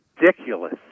ridiculous